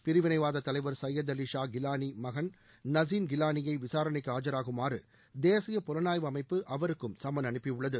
பிரிவினைவாத தலைவர் சையத் அலி ஷா கிலானி மகன் நசீன் கிலானியை விசாரணைக்கு ஆஜராகுமாறு தேசிய புலனாய்வு அமைப்பு அவருக்கும் சும்மன் அனுப்பியுள்ளது